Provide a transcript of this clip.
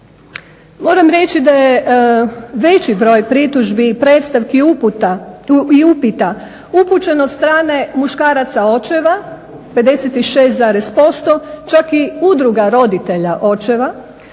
Moram reći da je veći broj pritužbi i predstavki uputa, i upita upućenost od strane muškaraca očeva 56% čak i udruga roditelja očeva